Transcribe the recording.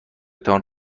تان